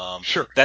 Sure